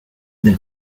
del